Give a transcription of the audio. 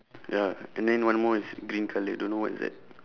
ya and then one more is green colour don't know what is that